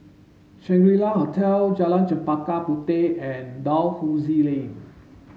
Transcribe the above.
Shangri La Hotel Jalan Chempaka Puteh and Dalhousie Lane